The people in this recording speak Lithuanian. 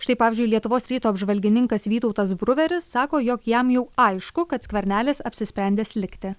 štai pavyzdžiui lietuvos ryto apžvalgininkas vytautas bruveris sako jog jam jau aišku kad skvernelis apsisprendęs likti